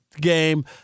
game